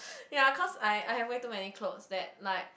ya cause I I have way too many clothes that like